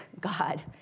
God